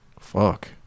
Fuck